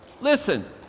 listen